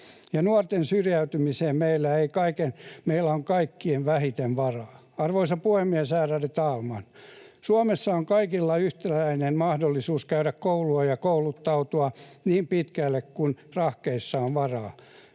ja nuorten syrjäytymiseen meillä on kaikkein vähiten varaa. Arvoisa puhemies, ärade talman! Suomessa on kaikilla yhtäläinen mahdollisuus käydä koulua ja kouluttautua niin pitkälle kuin rahkeissa on varaa.